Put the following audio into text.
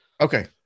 Okay